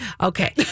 Okay